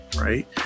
right